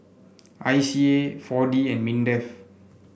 I C A four D and Mindef